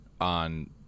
on